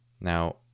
Now